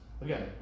Again